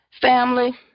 Family